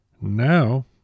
Now